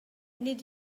nid